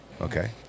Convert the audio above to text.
okay